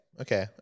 Okay